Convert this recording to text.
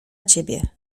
ciebie